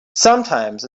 sometimes